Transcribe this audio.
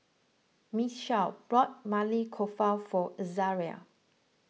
Michele bought Maili Kofta for Azaria